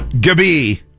Gabby